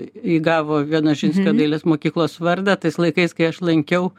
įgavo vienožinskio dailės mokyklos vardą tais laikais kai aš lankiau